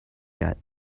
yet